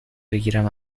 بگیرم